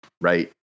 right